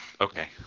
Okay